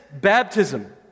baptism